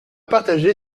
partagé